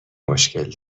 مشکل